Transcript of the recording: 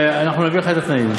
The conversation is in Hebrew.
ואנחנו נביא לך את התנאים.